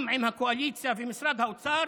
גם עם הקואליציה ומשרד האוצר,